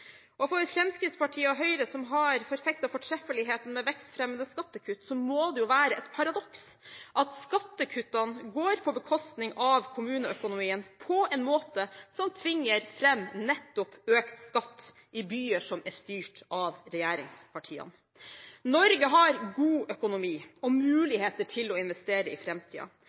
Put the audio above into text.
skole. For Fremskrittspartiet og Høyre, som har forfektet fortreffeligheten ved vekstfremmende skattekutt, må det jo være et paradoks at skattekuttene går på bekostning av kommuneøkonomien på en måte som tvinger fram nettopp økt skatt i byer som er styrt av regjeringspartiene. Norge har god økonomi og muligheter til å investere i